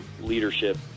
leadership